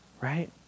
right